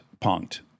punked